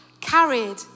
carried